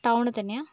ടൌണിൽ തന്നയാ